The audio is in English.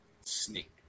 Snake